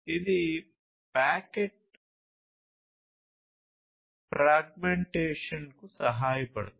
ఇది ప్యాకెట్ ఫ్రాగ్మెంటేషన్కు సహాయపడుతుంది